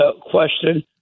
question